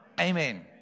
Amen